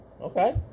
okay